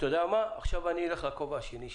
עכשיו אני אלך לכובע השני שלי,